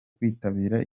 kwitabira